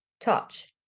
touch